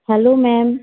hello ma'am